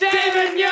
David